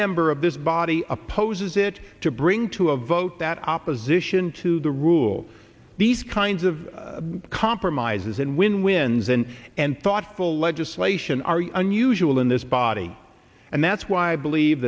member of this body opposes it to bring to a vote that opposition to the rule these kinds of compromises and win wins and and thoughtful legislation are unusual in this body and that's why i believe